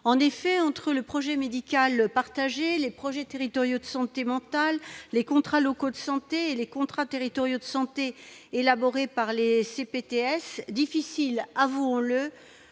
Entre le projet médical partagé, les projets territoriaux de santé mentale, les contrats locaux de santé et les contrats territoriaux de santé élaborés par les communautés